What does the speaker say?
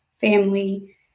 family